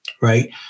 right